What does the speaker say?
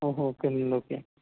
okay అండి okay